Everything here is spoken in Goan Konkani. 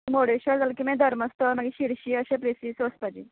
मुर्डेश्वर जालें की मागीर धर्मस्थळ मागीर शिर्शी अशें प्लेसीस वचपाचें